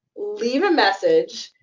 leave a message.